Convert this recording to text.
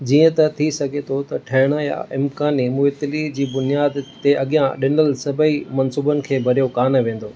जीअं त थी सघे थो त ठहणु या अमकानी मुइतिली जी बुनियाद ते अगि॒यां डि॒नलु सभई मंसुबनि खे भरियो कान वेंदो